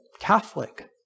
Catholic